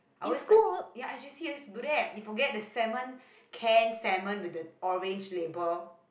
I always like ya in J_C I do that you forget the salmon can salmon with the orange label